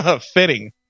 Fitting